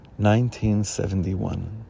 1971